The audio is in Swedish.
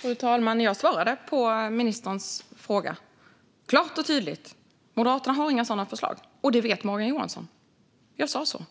Fru talman! Jag svarade på ministerns fråga, klart och tydligt: Moderaterna har inga sådana förslag, och det vet Morgan Johansson. Jag sa så.